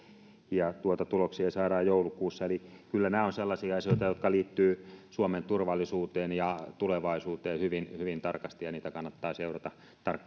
tuloksia saadaan joulukuussa eli kyllä nämä ovat sellaisia asioita jotka liittyvät suomen turvallisuuteen ja tulevaisuuteen hyvin hyvin tarkasti ja niitä kannattaa seurata